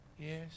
Yes